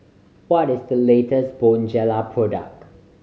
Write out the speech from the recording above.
what is the latest Bonjela product